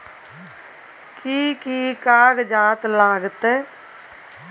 कि कि कागजात लागतै?